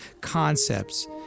concepts